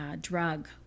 drug